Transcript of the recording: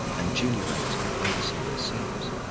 and junior ranks could oversee their seniors.